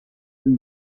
den